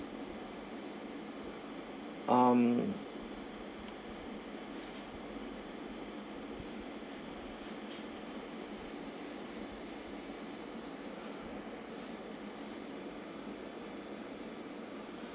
um